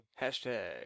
hashtag